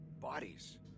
bodies